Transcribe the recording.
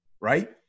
right